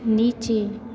नीचे